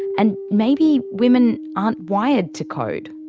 and maybe women aren't wired to code.